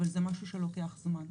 אבל זה משהו שלוקח זמן.